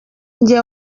njye